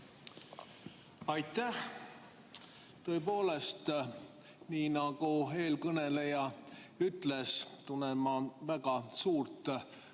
Aitäh! Tõepoolest, nii nagu eelkõneleja ütles, tunnen ma väga suurt muret